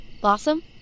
Blossom